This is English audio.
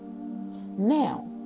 Now